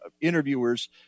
interviewers